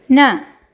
न